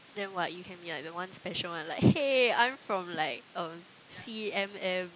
then what you can be like the one special one like hey I'm from like um C_M_M